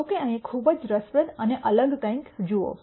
જો કે અહીં ખૂબ જ રસપ્રદ અને અલગ કંઈક જુઓ